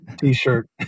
t-shirt